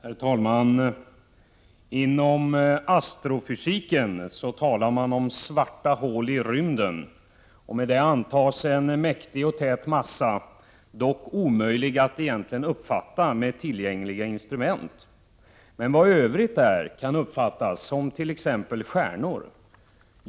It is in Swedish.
Herr talman! Inom astrofysiken talar man om svarta hål i rymden. Det antas vara en mäktig och tät massa, dock omöjlig att egentligen uppfatta med tillgängliga instrument. Men vad övrigt är kan uppfattas, t.ex. stjärnor.